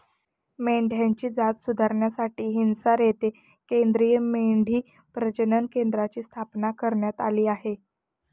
मेंढ्यांची जात सुधारण्यासाठी हिसार येथे केंद्रीय मेंढी प्रजनन केंद्राची स्थापना करण्यात आली आहे